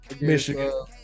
Michigan